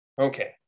okay